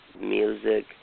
music